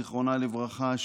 זיכרונה לברכה,